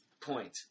point